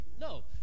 No